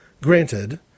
Granted